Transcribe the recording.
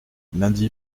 lundi